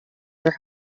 their